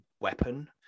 weapon